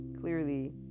clearly